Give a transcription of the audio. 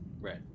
right